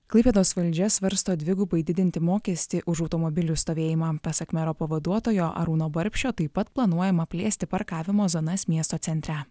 klaipėdos valdžia svarsto dvigubai didinti mokestį už automobilių stovėjimą pasak mero pavaduotojo arūno barbšio taip pat planuojama plėsti parkavimo zonas miesto centre